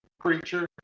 creature